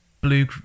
blue